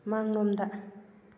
ꯃꯥꯡꯂꯣꯝꯗ